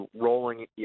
rolling